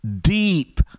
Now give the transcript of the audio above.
deep